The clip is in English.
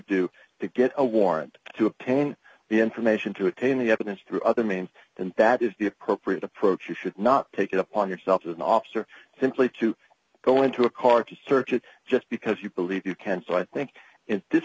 do to get a warrant to obtain the information to obtain the evidence through other means and that is the appropriate approach you should not take it upon yourself as an officer simply to go into a car to search it just because you believe you can so i think in this